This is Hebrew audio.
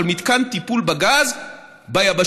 אבל מתקן טיפול בגז ביבשה,